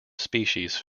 species